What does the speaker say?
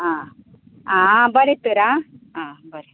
आं आं बरें तर आं आं बरें